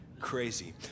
crazy